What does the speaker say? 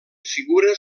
figures